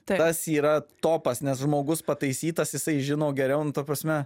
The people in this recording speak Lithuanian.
tas yra topas nes žmogus pataisytas jisai žino geriau nu ta prasme